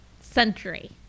Century